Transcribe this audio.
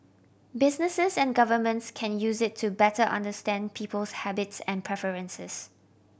businesses and governments can use it to better understand people's habits and preferences